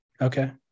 Okay